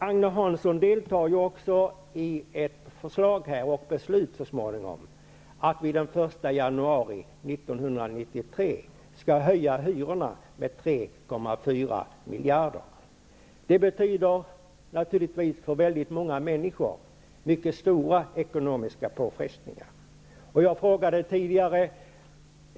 Agne Hansson deltar ju också i ett förslag, och så småningom i ett beslut, att vi den 1 januari 1993 skall höja hyrorna med 3,4 miljarder kronor. Det betyder naturligtvis mycket stora ekonomiska påfrestningar för väldigt många människor.